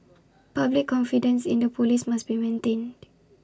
public confidence in the Police must be maintained